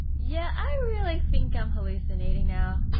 yeah, i really think i'm hallucinating now